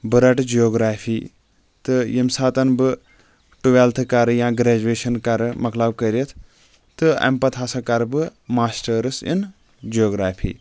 بہٕ رٹہٕ جیوٗگرافی تہٕ ییٚمہِ ساتہٕ بہٕ ٹوٮ۪لتھ کرٕ یا گریجویشن کرٕ مۄکلاو کرتھ تہٕ أمۍ پتہٕ ہسا کر بہٕ ماسٹرس اِن جیوٗگرافی